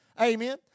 Amen